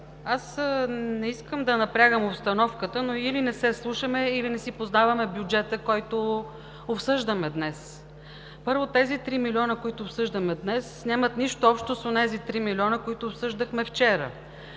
Аз не искам да напрягам обстановката, но или не се слушаме, или не си познаваме бюджета, който обсъждаме днес. Първо, тези 3 милиона, които обсъждаме днес, нямат нищо общо с онези 3 милиона, които обсъждахме вчера.